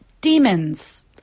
demons